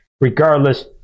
regardless